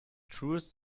truest